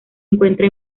encuentra